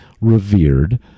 revered